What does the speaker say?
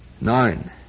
Nine